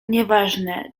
nieważne